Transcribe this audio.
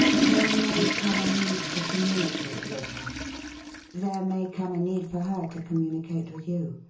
there may come a need to communicate with her there may come a need for her to communicate with you.